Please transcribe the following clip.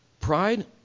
Pride